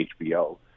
HBO